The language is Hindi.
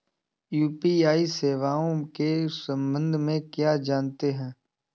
यू.पी.आई सेवाओं के संबंध में क्या जानते हैं?